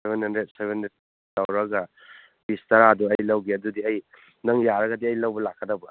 seven hundred seven hundred ꯇꯧꯔꯒ ꯄꯤꯁ ꯇꯔꯥꯗꯨ ꯑꯩ ꯂꯧꯒꯦ ꯑꯗꯨꯗꯤ ꯑꯩ ꯅꯪ ꯌꯥꯔꯒꯗꯤ ꯑꯩ ꯂꯧꯕ ꯂꯥꯛꯗꯧꯕ